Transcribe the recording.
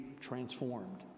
transformed